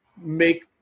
make